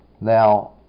Now